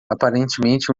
aparentemente